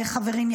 חברים,